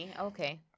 Okay